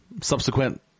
subsequent